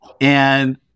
And-